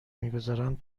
میگذارند